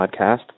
Podcast